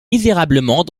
misérablement